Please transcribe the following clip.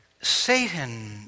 Satan